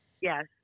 Yes